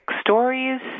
stories